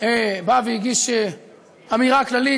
בא והגיש אמירה כללית,